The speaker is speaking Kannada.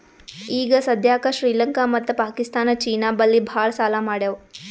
ಈಗ ಸದ್ಯಾಕ್ ಶ್ರೀಲಂಕಾ ಮತ್ತ ಪಾಕಿಸ್ತಾನ್ ಚೀನಾ ಬಲ್ಲಿ ಭಾಳ್ ಸಾಲಾ ಮಾಡ್ಯಾವ್